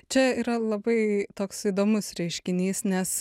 čia yra labai toks įdomus reiškinys nes